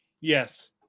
Yes